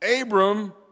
Abram